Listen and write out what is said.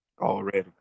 Already